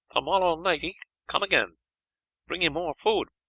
tomollow nightee come again bringee more food.